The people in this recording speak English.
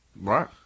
Right